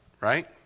Right